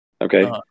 Okay